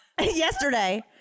yesterday